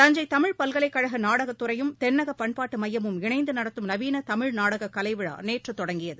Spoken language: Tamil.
தஞ்சை தமிழ்ப் பல்கலைக் கழக நாடகத் துறையும் தென்னக பண்பாட்டு மையமும் இணைந்து நடத்தும் நவீன தமிழ் நாடக கலைவிழா நேற்று தொடங்கியது